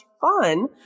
fun